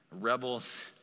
rebels